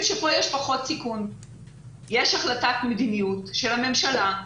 שכאן יש פחות סיכון - יש החלטת מדיניות של הממשלה,